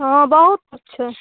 हँ बहुत किछु छै